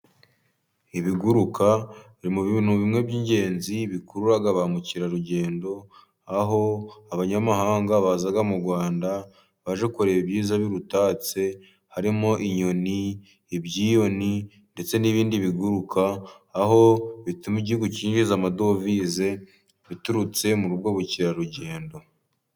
Ibiguruka biri mu bintu bimwe by'ingenzi bikururara ba mukerarugendo, aho abanyamahanga baza mu Rwanda, baje kureba ibyiza birutatse harimo inyoni, ibyiyoni ndetse n'ibindi biguruka, aho bituma igihugu cyinjiza amadovize iturutse muri ubwo bukerarugendo.